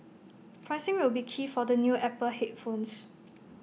pricing will be key for the new Apple headphones